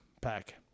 pack